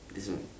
is m~